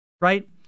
right